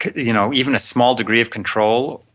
you know even a small degree of control,